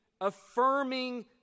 affirming